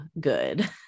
good